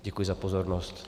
Děkuji za pozornost.